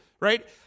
Right